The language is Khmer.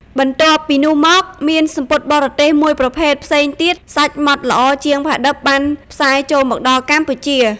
បន្ទាប់ពីនោះមក មានសំពត់សបរទេសមួយប្រភេទផ្សេងទៀត សាច់ម៉ដ្ឋល្អជាងផាឌិបបានផ្សាយចូលមកដល់កម្ពុជា